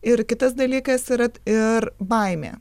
ir kitas dalykas yra ir baimė